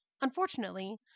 Unfortunately